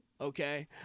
okay